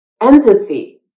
empathy